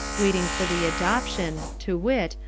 waiting for the adoption, to wit,